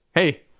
Hey